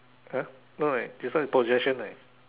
!huh! no eh this one is possession eh